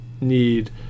need